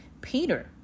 Peter